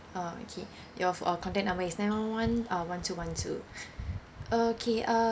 orh okay your uh contact number is nine one one one uh one two one two okay uh